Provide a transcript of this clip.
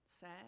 sad